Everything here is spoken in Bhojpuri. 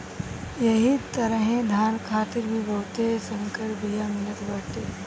एही तरहे धान खातिर भी बहुते संकर बिया मिलत बाटे